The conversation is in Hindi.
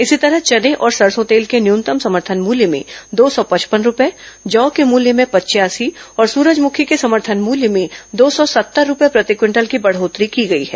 इसी तरह चने और सरसों तेल के न्यूनतम समर्थन मूल्य में दो सौ पचपन रुपए जौ के मूल्य में पचयासी और सूरजमुखी के समर्थन मूल्य में दो सौ सत्तर रुपए प्रति क्विंटल की बढ़ोतरी की गई है